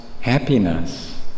happiness